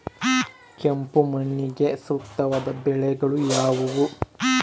ಕೆಂಪು ಮಣ್ಣಿಗೆ ಸೂಕ್ತವಾದ ಬೆಳೆಗಳು ಯಾವುವು?